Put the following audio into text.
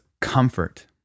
comfort